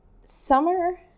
summer